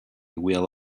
wheel